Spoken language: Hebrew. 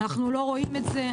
אנחנו לא רואים את זה,